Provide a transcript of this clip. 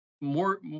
more